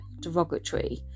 derogatory